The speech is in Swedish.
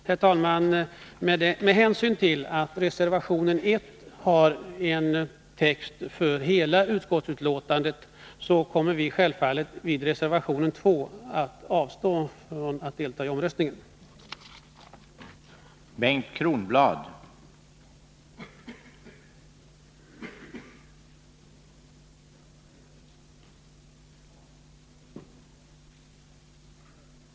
Herr talman! Med hänsyn till att texten i reservation 1 täcker hela utskottsbetänkandet kommer vi självfallet att avstå från att delta i omröstningen om reservation 2.